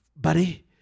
buddy